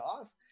off